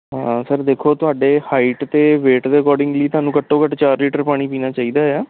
ਹਾਂ ਸਰ ਦੇਖੋ ਤੁਹਾਡੇ ਹਾਈਟ ਅਤੇ ਵੇਟ ਦੇ ਅਕੋਰਡਿੰਗਲੀ ਤੁਹਾਨੂੰ ਘੱਟੋ ਘੱਟ ਚਾਰ ਲੀਟਰ ਪਾਣੀ ਪੀਣਾ ਚਾਹੀਦਾ ਆ